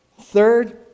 Third